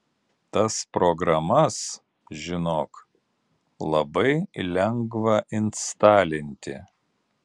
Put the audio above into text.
tas programas žinok labai lengva instalinti